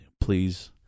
please